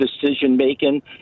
decision-making